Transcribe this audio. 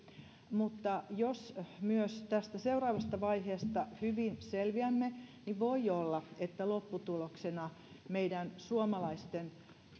mutta jos myös tästä seuraavasta vaiheesta hyvin selviämme niin voi olla että lopputuloksena meidän suomalaisten